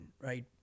right